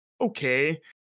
okay